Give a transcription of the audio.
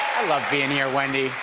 love being here, wendy.